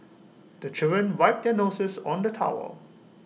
the children wipe their noses on the towel